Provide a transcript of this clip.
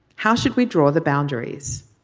how should we draw the boundaries